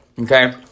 Okay